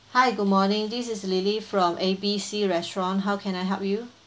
hi good morning this is lily from A B C restaurant how can I help you